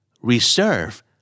Reserve